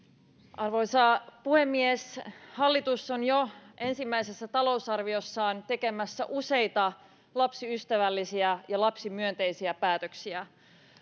arvoisa puhemies hallitus on jo ensimmäisessä talousarviossaan tekemässä useita lapsiystävällisiä ja lapsimyönteisiä päätöksiä